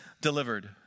delivered